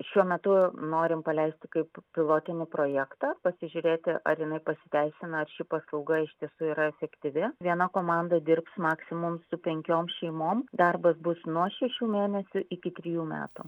šiuo metu norim paleisti kaip pilotinį projektą pasižiūrėti ar inai pasiteisina ar ši paslauga iš tiesų yra efektyvi viena komanda dirbs maksimum su penkiom šeimom darbas bus nuo šešių mėnesių iki trijų metų